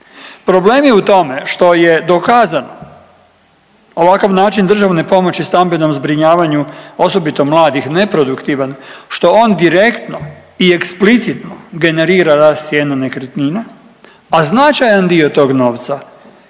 Problem je u tome što je dokazano ovakav način državne pomoći stambenom zbrinjavanju osobito mladih neproduktivan što on direktno i eksplicitno generira rast cijena nekretnina, a značajan dio tog novca ne